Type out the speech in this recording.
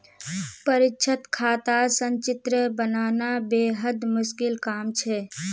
परीक्षात खातार संचित्र बनाना बेहद मुश्किल काम छ